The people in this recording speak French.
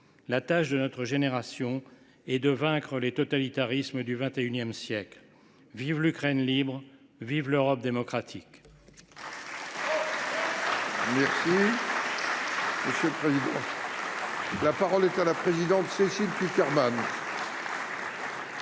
La tâche de notre génération est de vaincre les totalitarismes du XXIsiècle. Vive l’Ukraine libre, vive l’Europe démocratique